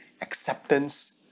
acceptance